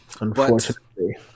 unfortunately